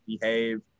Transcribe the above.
behave